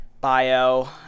bio